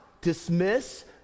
dismiss